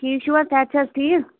ٹھیٖک چھُو حظ صحت چھا حظ ٹھیٖک